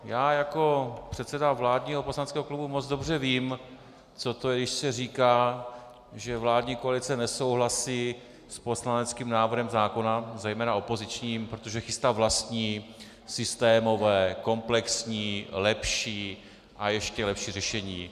Já jako předseda vládního poslaneckého klubu moc dobře vím, co to je, když se říká, že vládní koalice nesouhlasí s poslaneckým návrhem zákona, zejména opozičním, protože chystá vlastní, systémové, komplexní, lepší a ještě lepší řešení.